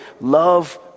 love